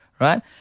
right